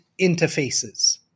interfaces